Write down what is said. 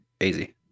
easy